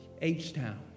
H-Town